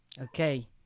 okay